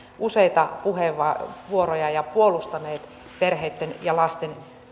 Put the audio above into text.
useita puheenvuoroja ja puolustaneet perheitten ja lasten